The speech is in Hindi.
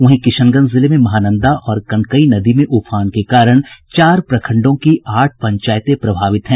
वहीं किशनगंज जिले में महानंदा और कनकई नदी में उफान के कारण चार प्रखंडों की आठ पंचायतें प्रभावित हैं